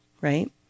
Right